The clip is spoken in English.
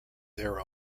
their